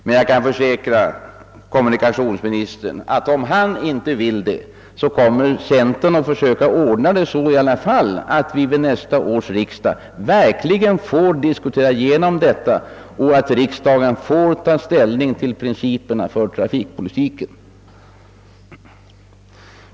Jag kan dock försäkra kommunikationsministern att centern, om inte han vill det, kommer att försöka se till att vi vid nästa års riksdag verkligen får diskutera igenom dessa frågor och ta ställning till principerna för trafikpolitiken.